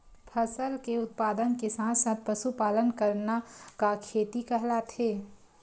फसल के उत्पादन के साथ साथ पशुपालन करना का खेती कहलाथे?